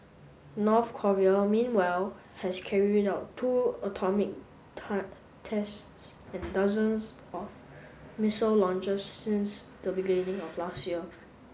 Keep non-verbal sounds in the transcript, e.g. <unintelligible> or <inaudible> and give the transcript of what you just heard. North Korea meanwhile has carried out two atomic <unintelligible> tests and dozens of missile launches since the beginning of last year